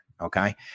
Okay